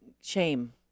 shame